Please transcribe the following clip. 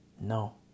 No